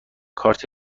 کارت